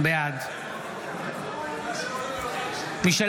בעד מישל